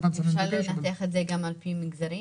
אפשר לנתח את זה גם על פי מגזרים?